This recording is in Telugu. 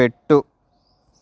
పెట్టు